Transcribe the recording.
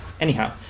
Anyhow